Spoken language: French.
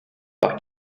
par